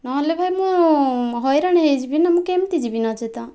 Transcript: ନହେଲେ ଭାଇ ମୁଁ ହଇରାଣ ହୋଇଯିବି ନା ମୁଁ କେମିତି ଯିବି ନଚେତ